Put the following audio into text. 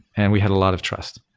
and we had a lot of trust.